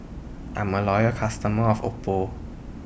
I'm A Loyal customer of Oppo